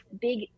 big